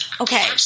Okay